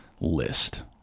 list